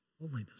Holiness